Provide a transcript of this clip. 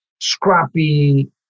scrappy